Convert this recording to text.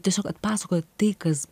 tiesiog atpasakot tai kas